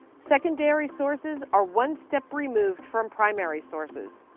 secondary sources are one step removed from primary sources.